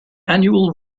annual